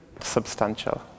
Substantial